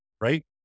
Right